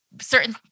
certain